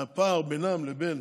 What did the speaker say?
הפער בינם לבין